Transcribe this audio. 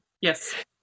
Yes